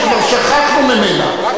שכבר שכחנו ממנה,